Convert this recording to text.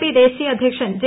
P ദേശീയ അധ്യക്ഷൻ J